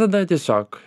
tada tiesiog